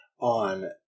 on